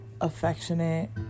affectionate